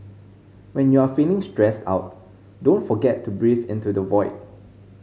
when you are feeling stressed out don't forget to breathe into the void